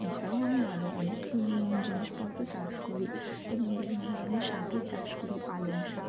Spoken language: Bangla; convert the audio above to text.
এছাড়াও আমি আরও অনেক জিনিসপত্র চাষ করি বিভিন্ন ধরনের শাকের চাষ করি পালং শাক